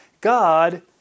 God